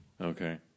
Okay